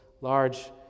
large